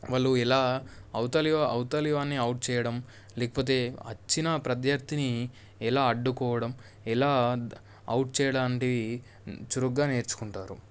వాళ్ళు ఎలా అవతలి అవతలి వాన్ని ఔట్ చేయడం లేకపోతే వచ్చిన ప్రత్యర్థిని ఎలా అడ్డుకోవడం ఎలా ఔట్ చేయడం అంటివి చురుగ్గా నేర్చుకుంటారు